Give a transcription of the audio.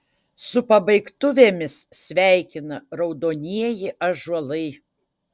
su pabaigtuvėmis sveikina raudonieji ąžuolai